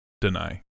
deny